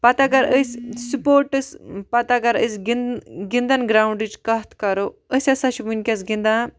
پَتہٕ اگر أسۍ سپوٹس پَتہٕ اگر أسۍ گِنٛدَن گراوُنٛڈٕچ کتھ کَرَو أسۍ ہَسا چھِ وٕنکن گِنٛدان